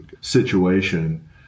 situation